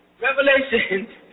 Revelation